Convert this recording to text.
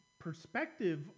perspective